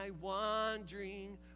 wandering